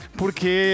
porque